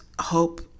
hope